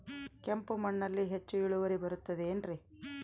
ಕೆಂಪು ಮಣ್ಣಲ್ಲಿ ಹೆಚ್ಚು ಇಳುವರಿ ಬರುತ್ತದೆ ಏನ್ರಿ?